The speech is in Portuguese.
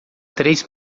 três